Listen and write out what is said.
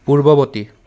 পূৰ্ৱবৰ্তী